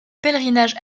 pèlerinage